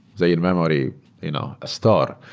the in-memory you know store.